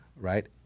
right